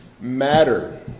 matter